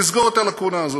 לסגור את הלקונה הזאת.